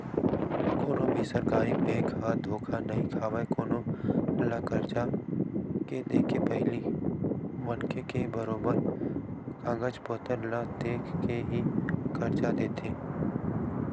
कोनो भी सरकारी बेंक ह धोखा नइ खावय कोनो ल करजा के देके पहिली मनखे के बरोबर कागज पतर ल देख के ही करजा देथे